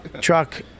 Truck